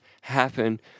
happen